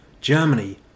Germany